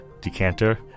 decanter